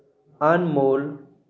आनमोल